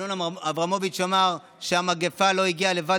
אמנון אברמוביץ' אמר שהמגפה לא הגיעה לבד